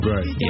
Right